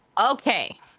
Okay